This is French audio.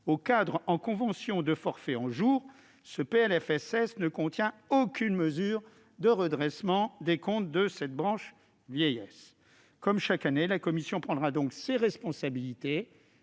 aux cadres en convention de forfait en jours, ce PLFSS ne contient aucune mesure de redressement des comptes de la branche vieillesse. Comme chaque année, la commission prendra donc ses responsabilités-